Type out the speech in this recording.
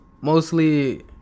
mostly